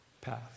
path